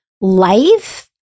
life